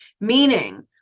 meaning